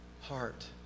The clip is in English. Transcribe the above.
heart